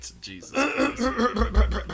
Jesus